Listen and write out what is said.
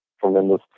tremendous